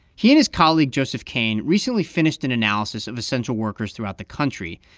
he and his colleague joseph kane recently finished an analysis of essential workers throughout the country,